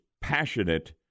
passionate